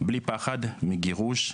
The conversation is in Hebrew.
בלי פחד מגירוש,